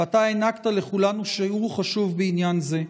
ואתה הענקת לכולנו שיעור חשוב בעניין זה.